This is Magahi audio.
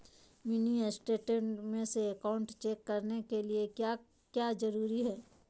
मिनी स्टेट में अकाउंट चेक करने के लिए क्या क्या जरूरी है?